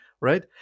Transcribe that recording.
right